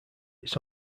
its